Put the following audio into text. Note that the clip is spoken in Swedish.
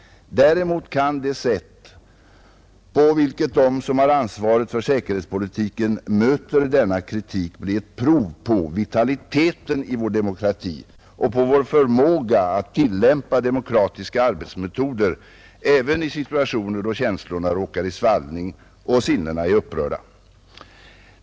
Däremot kan det sätt på vilket de som har ansvaret för säkerhetspolitiken möter denna kritik bli ett prov på vitaliteten i vår demokrati och på vår förmåga att tillämpa demokratiska arbetsmetoder även i situationer då känslorna råkar i svallning och sinnena är upprörda.